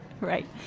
Right